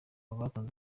batanze